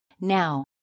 Now